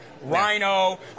Rhino